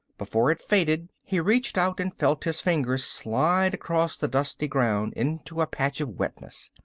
before it faded he reached out and felt his fingers slide across the dusty ground into a patch of wetness.